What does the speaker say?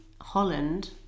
Holland